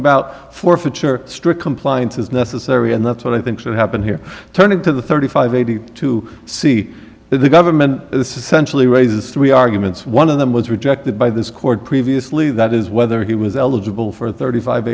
about forfeiture strict compliance is necessary and that's what i think should happen here turning to the thirty five eighty to see the government this is centrally raises three are it's one of them was rejected by this court previously that is whether he was eligible for a thirty five